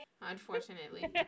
unfortunately